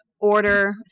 order